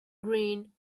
green